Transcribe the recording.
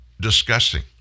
discussing